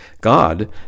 God